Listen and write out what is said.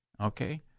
okay